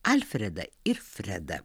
alfredą ir fredą